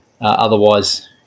Otherwise